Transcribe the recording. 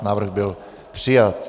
Návrh byl přijat.